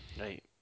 Right